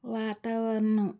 వాతావరణం